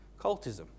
cultism